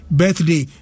birthday